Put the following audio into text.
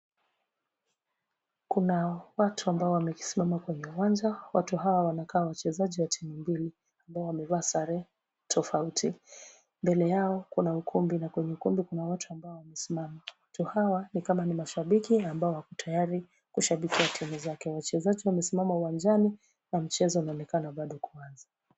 Kuna watu ambao wamesimama kwenye uwanja, watu hawa wanakaa wachezaji wa timu mbili, na wamevaa sare, tofauti. Mbele yao kuna ukumbi na kwenye ukumbi kuna watu ambao wamesimama. Watu hawa ni kama ni mashabiki ambao wako tayari kushabikia timu zake .Wachezaji wamesimama uwanjani na mchezo unataka na bado kuanza.